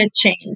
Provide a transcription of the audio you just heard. change